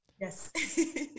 Yes